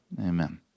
amen